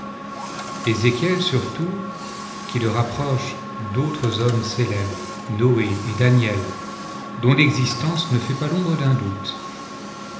qui le rapproche d'autres hommes célèbres noé et daniel dont l'existence ne fait pas l'ombre d'un doutée